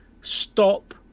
stop